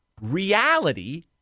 reality